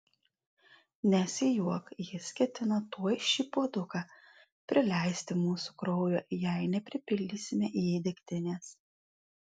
nesijuok jis ketina tuoj šį puoduką prileisti mūsų kraujo jei nepripildysime jį degtinės